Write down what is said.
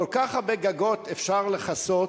כל כך הרבה גגות אפשר לכסות,